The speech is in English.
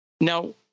Now